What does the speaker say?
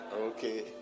Okay